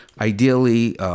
ideally